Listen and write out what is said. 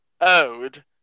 owed